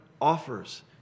offers